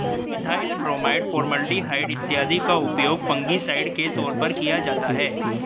methyl bromide, formaldehyde इत्यादि का उपयोग फंगिसाइड के तौर पर किया जाता है